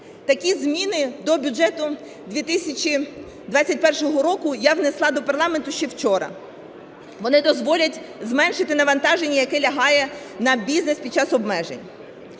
Такі зміни до бюджету 2021 року я внесла до парламенту ще вчора. Вони дозволять зменшити навантаження, яке лягає на бізнес під час обмежень.